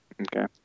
okay